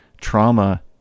trauma